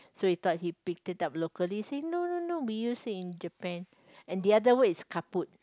so we thought he picked it up it locally he say no no no we use it in Japan and the other word is kaput